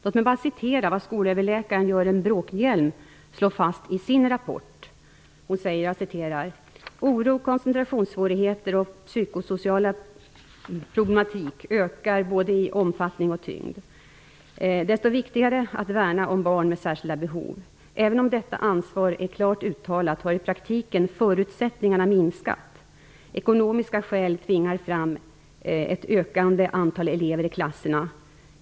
Låt mig bara citera vad skolöverläkaren Görel Bråkenhielm slår fast i sin rapport: ''Oro, koncentrationssvårigheter och psykosocial problematik ökar både i omfattning och tyngd. Desto viktigare att värna om barn med särskilda behov. Även om detta ansvar är klart uttalat har i praktiken förutsättningarna minskat. Ekonomiska skäl tvingar fram ett ökande antal elever i klasserna.